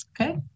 Okay